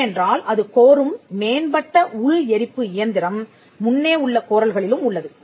ஏனென்றால் அது கோரும் மேம்பட்ட உள் எரிப்பு இயந்திரம் முன்னே உள்ள கோரல்களிலும் உள்ளது